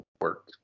work